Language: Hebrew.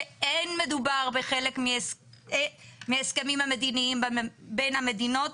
שאין מדובר בחלק מההסכמים המדיניים בין המדינות,